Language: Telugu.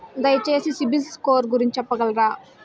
దయచేసి సిబిల్ స్కోర్ గురించి చెప్పగలరా?